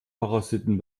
parasiten